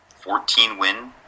14-win